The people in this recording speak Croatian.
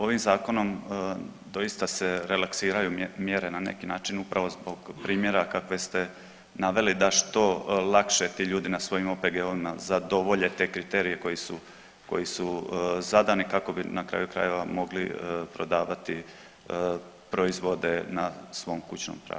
Ovim Zakonom doista se relaksiraju mjere na neki način upravo zbog primjera kakve ste naveli, da što lakše ti ljudi na svojim OPG-ovima zadovolje te kriterije koji su zadani kako bi, na kraju krajeva, mogli prodavati proizvode na svom kućnom pragu.